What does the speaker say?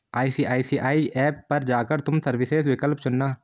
ICICI app पर जा कर तुम सर्विसेस विकल्प चुनना